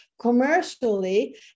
commercially